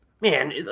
man